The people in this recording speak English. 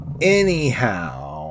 anyhow